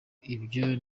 ibyo